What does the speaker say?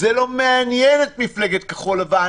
זה לא מעניין את מפלגת כחול לבן,